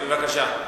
בבקשה.